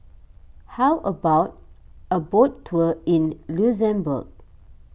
how about a boat tour in Luxembourg